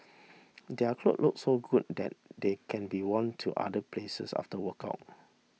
their cloth look so good that they can be worn to other places after workout